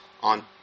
on